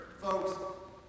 Folks